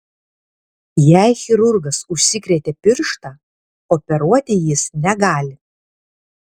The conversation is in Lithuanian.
jei chirurgas užsikrėtė pirštą operuoti jis negali